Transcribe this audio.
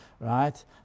right